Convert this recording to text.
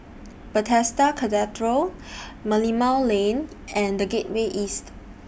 Bethesda Cathedral Merlimau Lane and The Gateway East